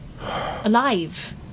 Alive